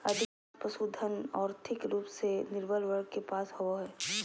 अधिकांश पशुधन, और्थिक रूप से निर्बल वर्ग के पास होबो हइ